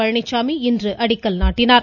பழனிச்சாமி இன்று அடிக்கல் நாட்டினார்